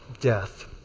death